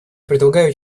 предлагаю